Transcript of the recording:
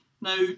Now